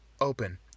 open